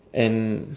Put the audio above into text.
and